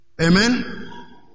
Amen